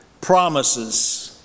Promises